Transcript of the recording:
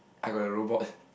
I got a robot